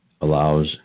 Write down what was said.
allows